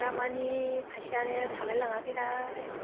दामानि फैसायानो थालायलाङाखैहाय